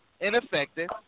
Ineffective